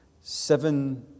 Seven